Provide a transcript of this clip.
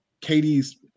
Katie's